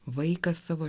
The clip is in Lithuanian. vaikas savo